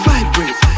Vibrate